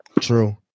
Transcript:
True